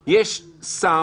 יש גם שני סוגים של שרים,